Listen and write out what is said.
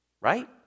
right